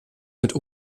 mit